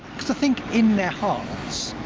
cause i think, in their hearts,